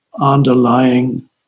underlying